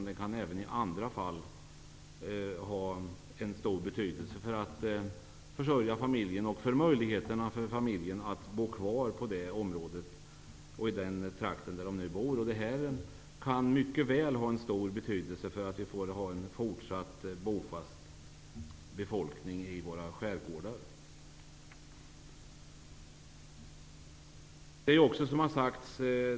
Den kan även på andra sätt ha en stor betydelse för familjens försörjning och för familjens möjligheter att bo kvar i den trakten där den nu bor. Detta kan ha stor betydelse för att vi även i fortsättningen skall ha en bofast befolkning i våra skärgårdar.